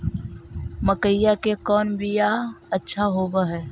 मकईया के कौन बियाह अच्छा होव है?